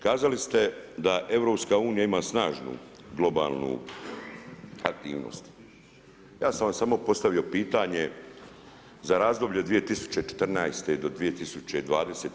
Kazali ste da EU ima snažnu globalnu aktivnost, ja sam vam samo postavio pitanje za razdoblje 2014. do 2020.